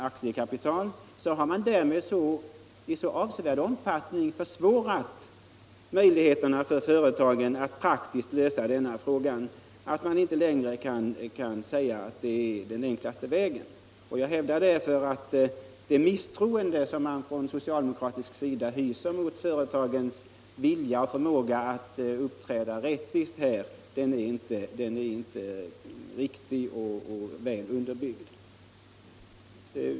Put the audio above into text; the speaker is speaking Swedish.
aktiekapital har man i så avsevärd omfattning försämrat företagens möjligheter att lösa dessa problem att man inte längre kan säga att detta är den enklaste vägen. Jag hävdar därför att det misstroende som man från socialdemokratisk sida hyser mot företagens vilja och förmåga att här uppträda korrekt inte är väl underbyggt.